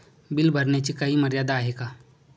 Bill भरण्याची काही मर्यादा आहे का?